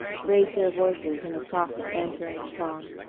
raised their voices in a soft, bantering song.